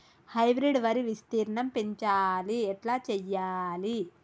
Hybrid వరి విస్తీర్ణం పెంచాలి ఎట్ల చెయ్యాలి?